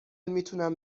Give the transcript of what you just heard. میتونم